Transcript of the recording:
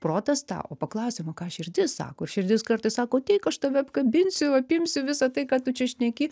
protas tą o paklausiam o ką širdis sako ir širdis kartais sako ateik aš tave apkabinsiu apimsiu visa tai ką tu čia šneki